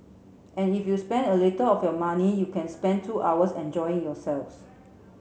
and if you spend a little of your money you can spend two hours enjoying yourselves